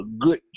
good